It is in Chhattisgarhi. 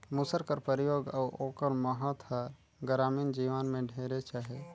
मूसर कर परियोग अउ ओकर महत हर गरामीन जीवन में ढेरेच अहे